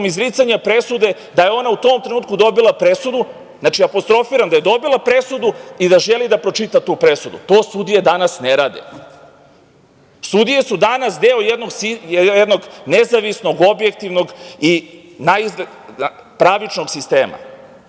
izricanja presude da je ona u tom trenutku dobila presudu, apostrofiram da je dobila presudu i da želi da pročita tu presudu. To sudije danas ne rade. Sudije su danas deo jednog nezavisnog objektivnog i naizgled pravičnog sistema.